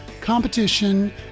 competition